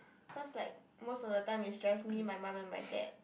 cause like most of the time is just me my mum and my dad